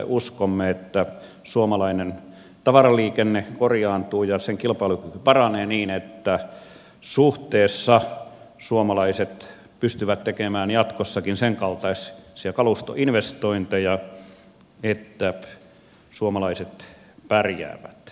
uskomme että tällä toimenpiteellä suomalainen tavaraliikenne korjaantuu ja sen kilpailukyky paranee niin että suhteessa suomalaiset pystyvät tekemään jatkossakin senkaltaisia kalustoinvestointeja että suomalaiset pärjäävät